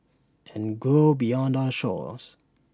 and grow beyond our shores